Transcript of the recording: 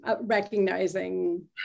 recognizing